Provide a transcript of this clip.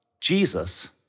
Jesus